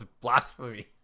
blasphemy